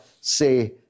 say